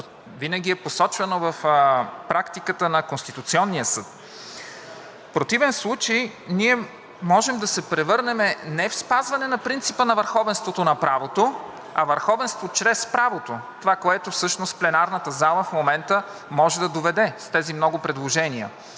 винаги е посочвано в практиката на Конституционния съд. В противен случай, ние можем да се превърнем не в спазване на принципа на върховенството на правото, а върховенство чрез правото. Това, което всъщност пленарната зала в момента може да доведе с тези много предложения